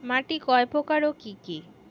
মাটি কয় প্রকার ও কি কি?